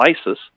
ISIS